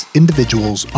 individuals